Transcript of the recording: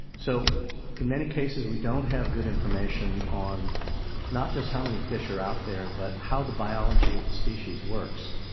so in many cases, we don't have good information on not just how many fish are out there, there, but how the biology of the species works.